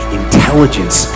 intelligence